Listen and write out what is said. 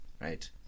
Right